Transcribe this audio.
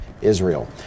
Israel